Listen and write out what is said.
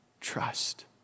trust